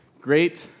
great